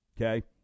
Okay